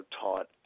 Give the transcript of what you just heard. taught